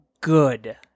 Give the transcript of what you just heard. good